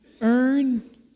earn